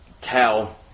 ...tell